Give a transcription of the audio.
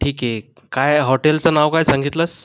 ठीक आहे काय हॉटेलचं नाव काय सांगितलंस